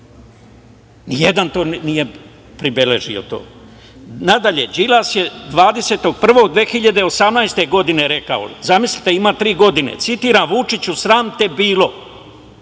Nijedan nije pribeležio to. Na dalje, Đilas je 20.01.2018. godine rekao, zamislite, ima tri godine: „Vučiću, sram te bilo“.